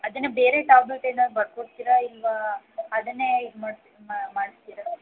ಅದನ್ನೇ ಬೇರೆ ಟ್ಯಾಬ್ಲಟ್ ಏನಾರೂ ಬರ್ಕೊಡ್ತೀರಾ ಇಲ್ಲವಾ ಅದನ್ನೇ ಇದು ಮಾಡಿ ಮಾಡಿಸ್ತೀರ